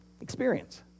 Experience